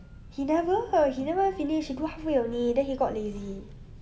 he never he never finish he do halfway only then he got lazy